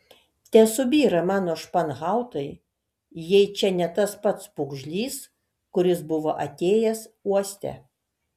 tesubyra mano španhautai jei čia ne tas pats pūgžlys kuris buvo atėjęs uoste